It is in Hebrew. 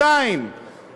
300 מיליון שקל ומעלה,